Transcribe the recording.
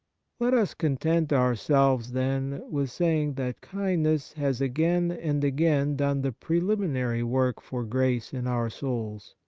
let us content ourselves, then, with saying that kindness has again and again done the prehminary work for grace in our souls.